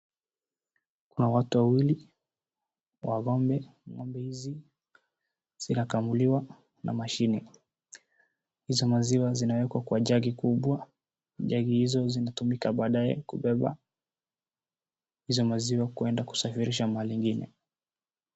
Kuna watu wawili wa ng’ombe. Ng’ombe hao wanakamuliwa kwa kutumia mashine na maziwa hayo yanawekwa kwenye jagi kubwa. Majagi hayo hutumika baadaye kubebea maziwa hayo ili yasafirishwe mahali pengine.